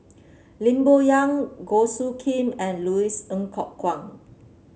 Lim Bo Yam Goh Soo Khim and Louis Ng Kok Kwang